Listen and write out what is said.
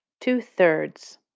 two-thirds